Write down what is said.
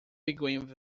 begin